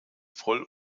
voll